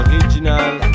Original